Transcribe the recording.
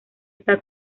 esta